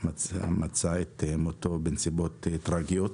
שמצא את מותו בנסיבות טרגיות,